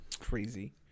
crazy